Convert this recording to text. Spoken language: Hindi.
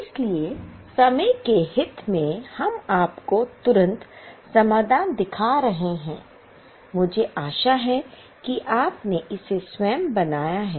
इसलिए समय के हित में हम आपको तुरंत समाधान दिखा रहे हैं मुझे आशा है कि आपने इसे स्वयं बनाया है